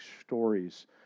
stories